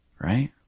right